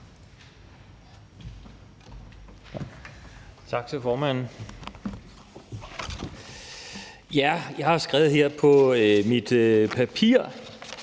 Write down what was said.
Tak til formanden. Jeg har skrevet her på mit papir,